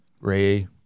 Ray